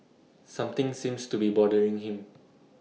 something seems to be bothering him